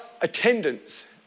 attendance